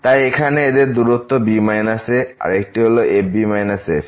তাই এইখানে এদের দূরত্ব b a এবং আরেকটি হলো fb f